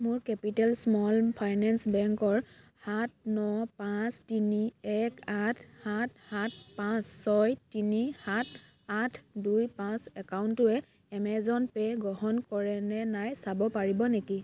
মোৰ capital small finance বেংকৰ সাত ন পাঁচ তিনি এক আঠ সাত সাত পাঁচ ছয় তিনি সাত আঠ দুই পাঁচ একাউণ্টটোৱে এমেজন পে' গ্ৰহণ কৰেনে নাই চাব পাৰিব নেকি